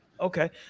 Okay